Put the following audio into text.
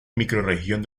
microrregión